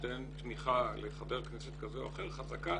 שנותן תמיכה לחבר כנסת כזה או אחר, חזקה